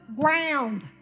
ground